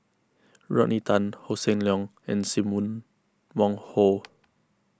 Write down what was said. Rodney Tan Hossan Leong and Sim Wong Hoo